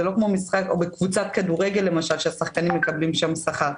זה לא כמו בקבוצת כדורגל שהשחקנים מקבלים שם שכר.